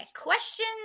question